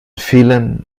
fehlern